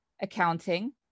accounting